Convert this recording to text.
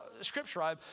Scripture